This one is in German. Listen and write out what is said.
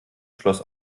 schloss